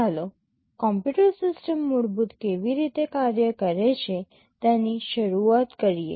ચાલો computer system મૂળભૂત કેવી રીતે કાર્ય કરે છે તેની શરૂઆત કરીએ